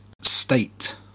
State